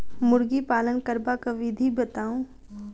मुर्गी पालन करबाक विधि बताऊ?